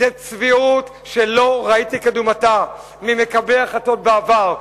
זו צביעות שלא ראיתי כדוגמתה אצל מקבלי החלטות בעבר,